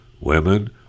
Women